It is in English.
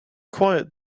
quiet